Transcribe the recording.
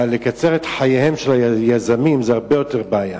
אבל לקצר את חייהם של היזמים זה הרבה יותר בעיה,